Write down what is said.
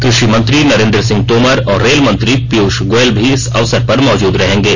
कृषि मंत्री नरेंद्र सिंह तोमर और रेल मंत्री पीयूष गोयल भी इस अवसर पर मौजूद रहेंगे